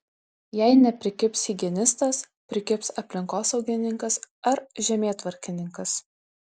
jei neprikibs higienistas prikibs aplinkosaugininkas ar žemėtvarkininkas